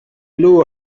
blew